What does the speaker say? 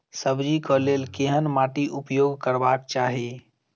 सब्जी कऽ लेल केहन माटि उपयोग करबाक चाहि?